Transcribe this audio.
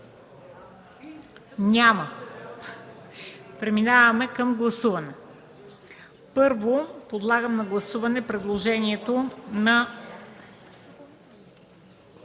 Няма. Преминаваме към гласуване. Първо, подлагам на гласуване предложението на